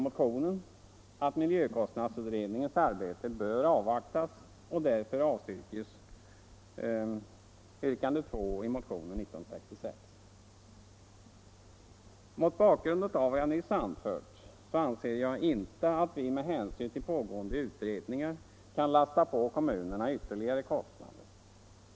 Mot bakgrund av vad jag nyss anfört anser jag inte att vi med hänsyn till pågående utredningar kan lasta på kommunerna ytterligare kostnader.